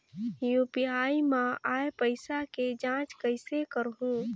UPI मा आय पइसा के जांच कइसे करहूं?